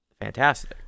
fantastic